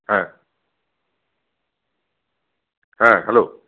হ্যাঁ হ্যাঁ হ্যালো